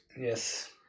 Yes